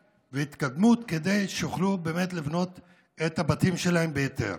והתקדמות כדי שיוכלו באמת לבנות את הבתים שלהם בהיתר,